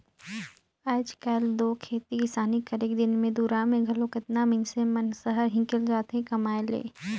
आएज काएल दो खेती किसानी करेक दिन दुरा में घलो केतना मइनसे मन सहर हिंकेल जाथें कमाए ले